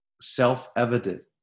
self-evident